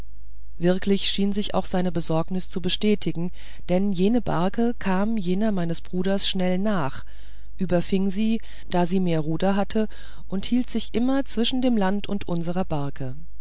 wirklich schien sich auch seine besorgnis zu bestätigen denn jene barke kam jener meines bruders schnell nach überfing sie da sie mehr ruder hatte und hielt sich immer zwischen dem land und unserer barke